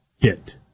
hit